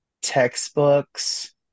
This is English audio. textbooks